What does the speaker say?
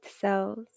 cells